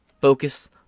focus